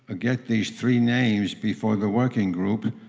ah get these three names before the working group?